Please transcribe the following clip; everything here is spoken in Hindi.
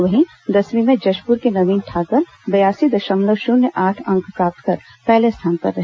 वहीं दसवीं में जशप्र के नवीन ठाकर बयासी दशमलव शुन्य आठ अंक प्राप्त कर पहले स्थान पर रहे